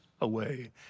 away